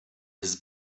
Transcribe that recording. his